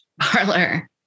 parlor